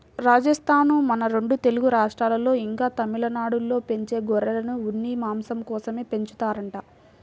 రాజస్థానూ, మన రెండు తెలుగు రాష్ట్రాల్లో, ఇంకా తమిళనాడులో పెంచే గొర్రెలను ఉన్ని, మాంసం కోసమే పెంచుతారంట